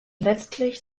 letztlich